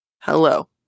Hello